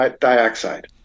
dioxide